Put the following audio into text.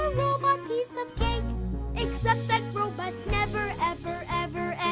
robot piece of cake except that robots never ever, ever, and